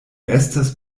estas